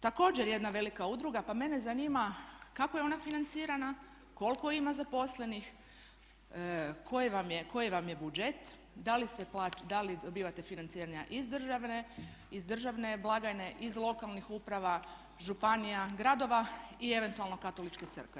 također jedna velika udruga, pa mene zanima kako je ona financirana, koliko ima zaposlenih, koji vam je budžet, da li dobivate financiranja iz državne blagajne, iz lokalnih uprava, županija, gradova i eventualno Katoličke crkve.